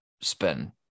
spend